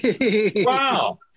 Wow